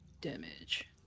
damage